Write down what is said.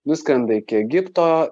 nuskrenda iki egipto